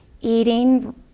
eating